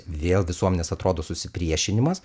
vėl visuomenės atrodo susipriešinimas